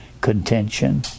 contention